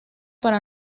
para